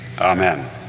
amen